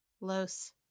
Los